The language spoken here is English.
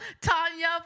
tanya